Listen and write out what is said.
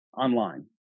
online